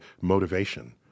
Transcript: motivation